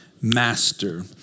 master